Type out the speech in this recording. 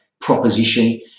proposition